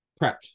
prepped